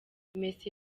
messi